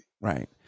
Right